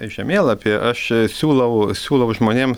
žemėlapį aš siūlau siūlau žmonėm